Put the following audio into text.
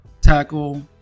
tackle